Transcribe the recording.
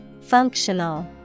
Functional